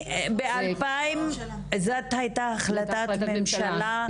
הייתה החלטת ממשלה.